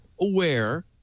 aware